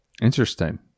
Interesting